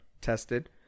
tested